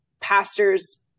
pastors